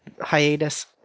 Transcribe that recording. hiatus